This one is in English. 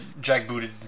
jackbooted